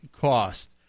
cost